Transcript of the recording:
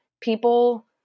people